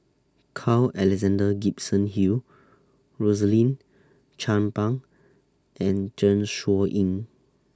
Carl Alexander Gibson Hill Rosaline Chan Pang and Zeng Shouyin